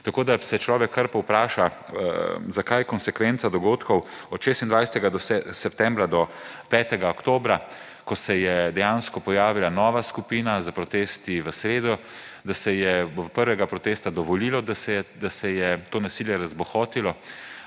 tako da se človek kar povpraša, zakaj konsekvenca dogodkov od 26. septembra do 5. oktobra, ko se je dejansko pojavila nova skupina s protesti v sredo, da se je v prvem protestu dovolilo, da se je to nasilje razbohotilo